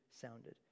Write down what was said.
sounded